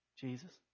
Jesus